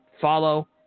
follow